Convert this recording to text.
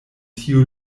tiu